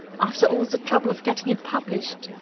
after all the trouble of getting it published,